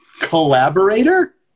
collaborator